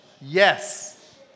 Yes